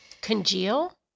congeal